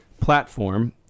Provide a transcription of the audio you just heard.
platform